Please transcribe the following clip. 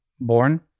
born